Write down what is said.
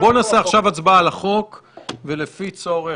מצביעים על החוק בנוסחו כפי שהוקרא,